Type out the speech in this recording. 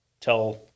tell